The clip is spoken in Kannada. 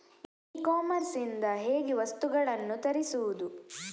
ಇ ಕಾಮರ್ಸ್ ಇಂದ ಹೇಗೆ ವಸ್ತುಗಳನ್ನು ತರಿಸುವುದು?